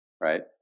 Right